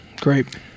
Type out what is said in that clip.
Great